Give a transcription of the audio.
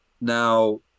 now